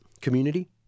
community